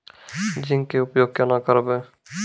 Zinc के उपयोग केना करये?